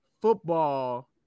football